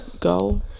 go